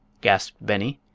gasped beni,